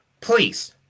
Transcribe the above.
please